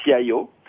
CIO